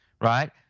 right